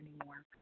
anymore